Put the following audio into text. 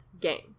game